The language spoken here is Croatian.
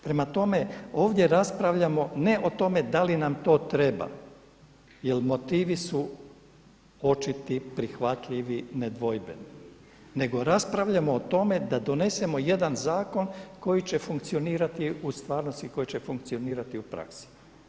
Prema tome, ovdje raspravljamo ne o tome da li nam to treba jel motivi su očiti prihvatljivi, nedvojbeni nego raspravljamo o tome da donesemo jedan zakon koji će funkcionirati u stvarnosti koji će funkcionirati u praksi.